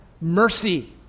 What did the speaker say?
mercy